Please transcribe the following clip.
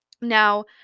Now